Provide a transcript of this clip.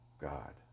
God